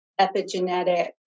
epigenetic